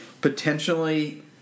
potentially